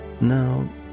Now